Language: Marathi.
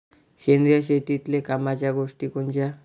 सेंद्रिय शेतीतले कामाच्या गोष्टी कोनच्या?